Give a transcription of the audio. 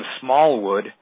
Smallwood